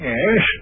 Yes